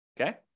okay